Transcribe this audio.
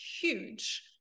huge